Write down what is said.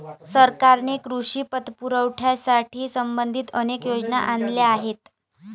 सरकारने कृषी पतपुरवठ्याशी संबंधित अनेक योजना आणल्या आहेत